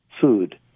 food